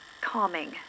calming